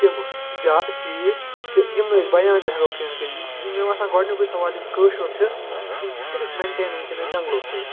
تِمہٕ جا چیٖز کہِ یِم نہٕ أسۍ بیان تہِ ہٮ۪کو کِہیٖنۍ نہٕ کٔرِتھ یِم یِم مےٚ باسان گۄڈٕنیُکُے سوال یُس کٲشُر چھُ یِم چھِ صرف مٮ۪نٹین وٕنۍکٮ۪نَس جنٛگلو سۭتۍ